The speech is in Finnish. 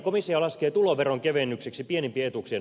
onko se tuloveronkevennys